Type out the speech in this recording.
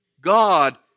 God